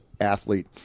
athlete